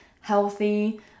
healthy